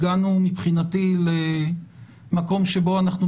הגענו מבחינתי למקום שבו אנחנו,